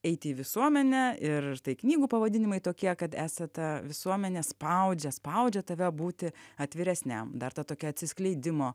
eiti į visuomenę ir ir tai knygų pavadinimai tokie kad esate visuomenė spaudžia spaudžia tave būti atviresniam dar ta tokia atsiskleidimo